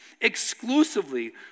exclusively